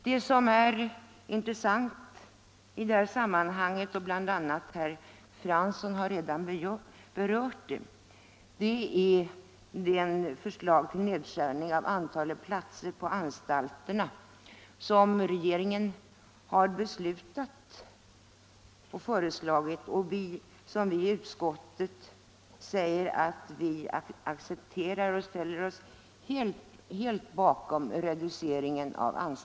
Det som är intressant i detta sammanhang — herr Fransson har redan berört det — är det förslag till nedskärning av antalet platser på anstalterna som regeringen har föreslagit och som vi i utskottet accepterar och ställer oss helt bakom.